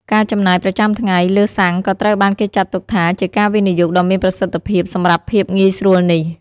ការចំណាយប្រចាំថ្ងៃលើសាំងក៏ត្រូវបានគេចាត់ទុកថាជាការវិនិយោគដ៏មានប្រសិទ្ធភាពសម្រាប់ភាពងាយស្រួលនេះ។